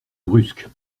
brusque